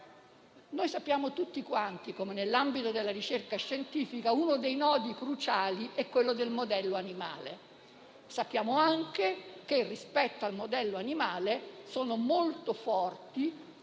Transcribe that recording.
Sappiamo tutti che, nell'ambito della ricerca scientifica, uno dei nodi cruciali è quello del modello animale. Sappiamo anche che, rispetto al modello animale, sono molto forti